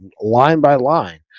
line-by-line